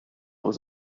was